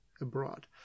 abroad